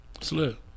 Slip